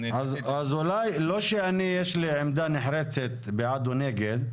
לא שיש לי עמדה נחרצת בעד או נגד,